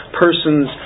person's